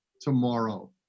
tomorrow